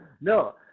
No